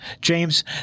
James